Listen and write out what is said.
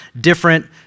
different